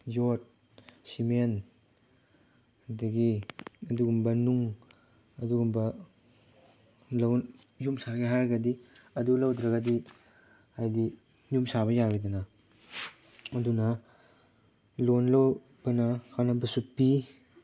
ꯌꯣꯠ ꯁꯤꯃꯦꯟ ꯑꯗꯒꯤ ꯑꯗꯨꯒꯨꯝꯕ ꯅꯨꯡ ꯑꯗꯨꯒꯨꯝꯕ ꯌꯨꯝ ꯁꯥꯒꯦ ꯍꯥꯏꯔꯒꯗꯤ ꯑꯗꯨ ꯂꯧꯗ꯭ꯔꯒꯗꯤ ꯍꯥꯏꯗꯤ ꯌꯨꯝꯁꯥꯕ ꯌꯥꯔꯣꯏꯗꯅ ꯑꯗꯨꯅ ꯂꯣꯟꯗꯨ ꯑꯩꯈꯣꯏꯅ ꯀꯥꯟꯅꯕꯁꯨ ꯄꯤ